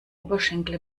oberschenkel